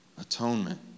atonement